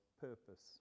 purpose